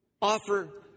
offer